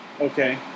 Okay